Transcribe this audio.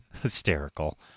hysterical